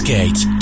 Gate